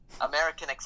American